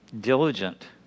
diligent